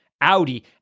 Audi